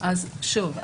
שוב,